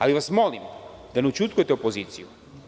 Ali, vas molim da ne ućutkujete opoziciju.